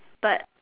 but